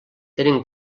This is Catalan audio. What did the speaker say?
tenen